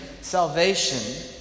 salvation